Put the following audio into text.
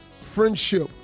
friendship